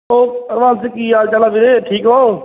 ਕੀ ਹਾਲ ਚਾਲ ਆ ਵੀਰੇ ਠੀਕ ਓਂ